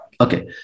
Okay